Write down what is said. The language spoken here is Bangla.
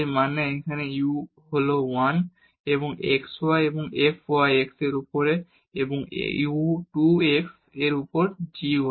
এর মানে হল এই u 1 হল x y এবং f y x এর উপরে এবং u 2 x এর উপর g y